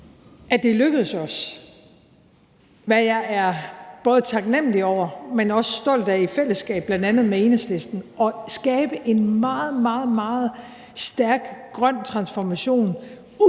at det er lykkedes os, hvad jeg er både taknemlig over, men også stolt over, i fællesskab med bl.a. Enhedslisten at skabe en meget, meget stærk grøn transformation,